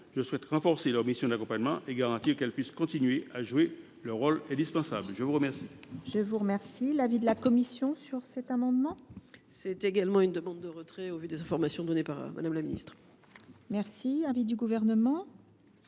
je souhaite renforcer leurs missions d’accompagnement et garantir qu’elles puissent continuer à jouer leur rôle qui est indispensable. Quel